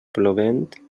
plovent